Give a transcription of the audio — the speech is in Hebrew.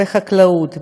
בחקלאות,